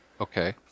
Okay